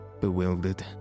bewildered